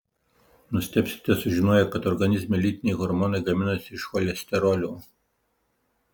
nustebsite sužinoję kad organizme lytiniai hormonai gaminasi iš cholesterolio